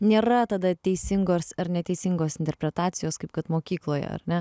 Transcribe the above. nėra tada teisingos ar neteisingos interpretacijos kaip kad mokykloj ar ne